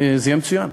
זה יהיה מצוין.